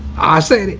i say,